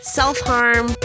self-harm